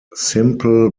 simple